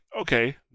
okay